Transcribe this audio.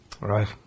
Right